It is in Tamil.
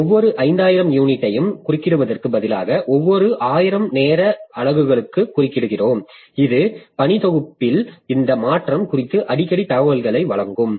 ஒவ்வொரு 5000 யூனிட்டையும் குறுக்கிடுவதற்கு பதிலாக ஒவ்வொரு 1000 நேர அலகுகளுக்கும் குறுக்கிடுகிறோம் இது பணி தொகுப்பில் இந்த மாற்றம் குறித்த அடிக்கடி தகவல்களை வழங்கும்